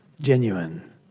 genuine